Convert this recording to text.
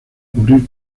cubrir